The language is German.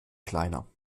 kleiner